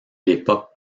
l’époque